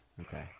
Okay